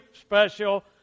special